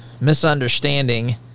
misunderstanding